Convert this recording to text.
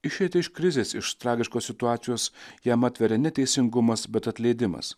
išeiti iš krizės iš tragiškos situacijos jam atveria ne teisingumas bet atleidimas